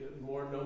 more